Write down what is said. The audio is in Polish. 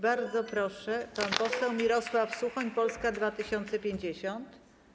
Bardzo proszę, pan poseł Mirosław Suchoń, Polska 2050.